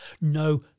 no